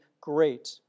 great